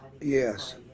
Yes